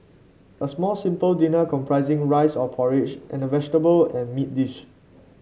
a small simple dinner comprising rice or porridge and a vegetable and meat dish